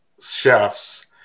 chefs